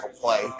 play